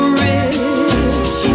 rich